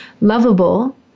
lovable